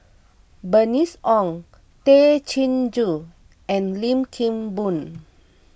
Bernice Ong Tay Chin Joo and Lim Kim Boon